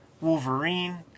Wolverine